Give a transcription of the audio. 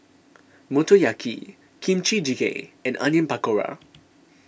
Motoyaki Kimchi Jjigae and Onion Pakora